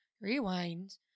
rewind